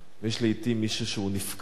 יש לעתים מישהו שהוא נפקד,